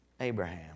Abraham